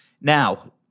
Now